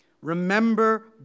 Remember